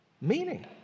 meaning